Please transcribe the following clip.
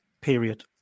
period